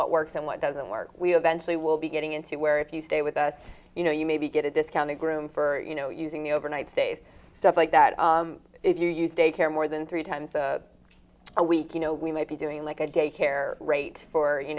what works and what doesn't work we eventually will be getting into where if you stay with us you know you maybe get a discount to groom for you know using the overnight stays stuff like that if you use daycare more than three times a week you know we might be doing like a daycare rate for you